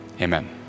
amen